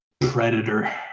predator